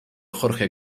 jorge